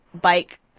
bike